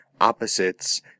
opposites